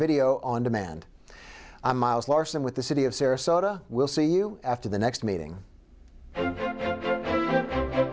video on demand miles larson with the city of sarasota we'll see you after the next meeting